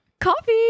Coffee